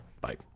Bye